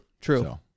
true